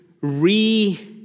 re-